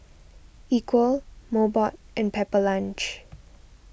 Equal Mobot and Pepper Lunch